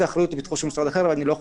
האחריות לפתחו של משרד האחר אני לא חושב,